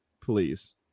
please